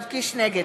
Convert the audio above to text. נגד